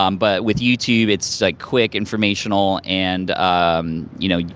um but with youtube, it's like quick, informational, and you know,